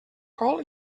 col